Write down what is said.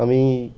আমি